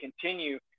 continue